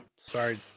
Sorry